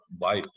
life